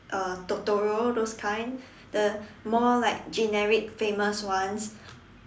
uh Totoro those kind the more like generic famous ones